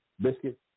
biscuit